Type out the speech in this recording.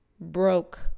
broke